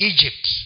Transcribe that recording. Egypt